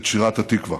את שירת "התקווה".